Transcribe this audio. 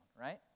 right